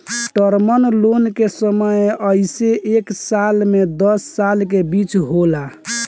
term loan के समय अइसे एक साल से दस साल के बीच होला